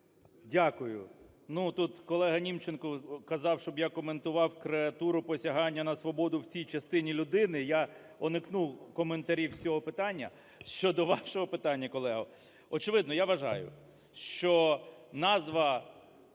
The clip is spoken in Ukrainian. Дякую. Ну, тут колега Німченко казав, щоб я коментував креатуру посягання на свободу в цій частини людини. Я уникну коментарів з цього питання. Щодо вашого питання, колего. Очевидно, я вважаю, що назва